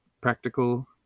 practical